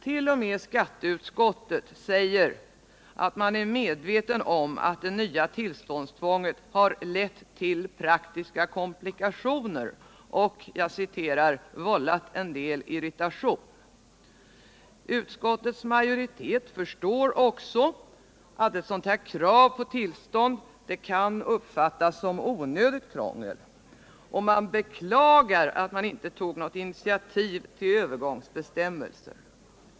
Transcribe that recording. T. o. m. skatteutskottet säger sig vara ”medvetet om” att det nya tillståndstvånget ”lett till praktiska komplikationer” och ”vållat en del irritation”. Utskottets majoritet förstår också att ett sådant här krav på tillstånd kan uppfattas som onödigt krångel och beklagar att man inte tog inititativ till övergångsbestämmelser.